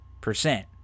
percent